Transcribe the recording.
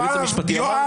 הייעוץ המשפטי -- יואב,